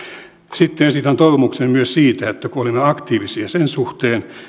sitten esitän toivomuksen myös siitä että kun olemme aktiivisia sen suhteen